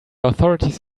authorities